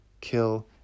kill